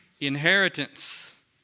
inheritance